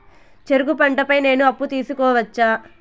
చెరుకు పంట పై నేను అప్పు తీసుకోవచ్చా?